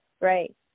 Right